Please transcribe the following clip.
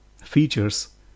Features